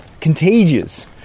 contagious